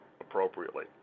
appropriately